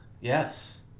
Yes